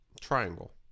Triangle